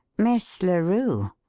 miss larue?